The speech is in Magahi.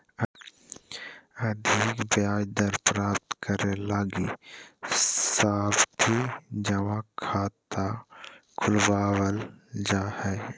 अधिक ब्याज दर प्राप्त करे लगी सावधि जमा खाता खुलवावल जा हय